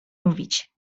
mówić